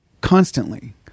constantly